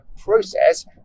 process